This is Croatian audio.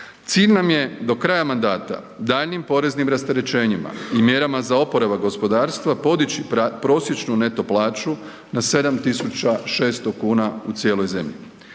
Cilj nam je do kraja mandata daljnjim poreznim rasterećenjima i mjerama za oporavak gospodarstva podići prosječnu neto plaću na 7.600 kuna u cijeloj zemlji,